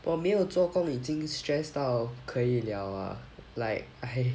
我没有做工已经 stress 到不可以了 ah like I